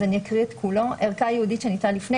אז אני אקריא את כולו: "ערכה ייעודית שניטלה לפני